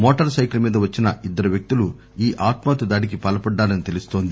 motor సైకిలుమీద వచ్చిన ఇద్దరు వ్యక్తులు ఈ ఆత్మాహుతి దాడికి పాల్పడ్డారని తెలుస్తోంది